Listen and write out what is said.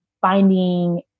finding